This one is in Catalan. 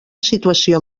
situació